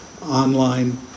online